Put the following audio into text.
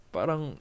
Parang